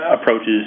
approaches